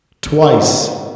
twice